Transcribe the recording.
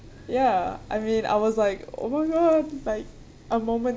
ya I mean I was like oh my god like a moment